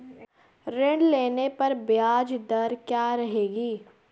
ऋण लेने पर ब्याज दर क्या रहेगी?